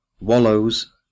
Wallows